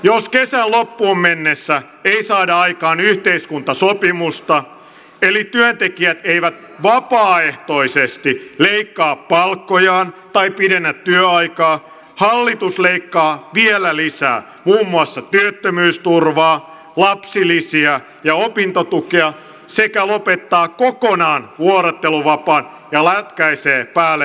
jos kesän loppuun mennessä ei saada aikaan yhteiskuntasopimusta eli työntekijät eivät vapaaehtoisesti leikkaa palkkojaan tai pidennä työaikaa hallitus leikkaa vielä lisää muun muassa työttömyysturvaa lapsilisiä ja opintotukea sekä lopettaa kokonaan vuorotteluvapaan ja lätkäisee päälle veronkorotuksia